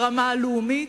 ברמה הלאומית,